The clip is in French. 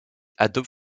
adobe